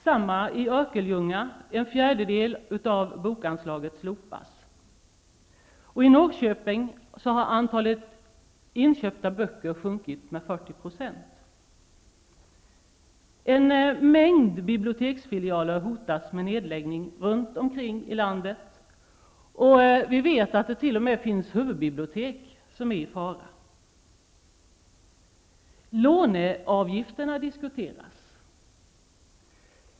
Samma sak gäller i Norrköping har antalet inköpta böcker sjunkit med 40 %. En mängd biblioteksfilialer runt om i landet hotas av nedläggning. Vi vet att det t.o.m. finns huvudbibliotek som är i fara. Låneavgifter diskuteras.